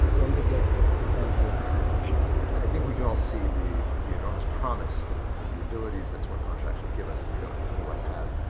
and from the get-go, it's designed for a different function i think we can all see the the enormous promise and and the abilities that smart contracts would give us, if we don't otherwise have.